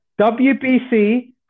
WBC